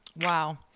wow